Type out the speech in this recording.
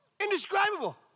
Indescribable